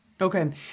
Okay